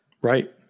right